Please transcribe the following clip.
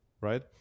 right